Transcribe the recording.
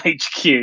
HQ